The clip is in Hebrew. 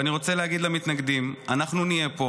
ואני רוצה להגיד למתנגדים: אנחנו נהיה פה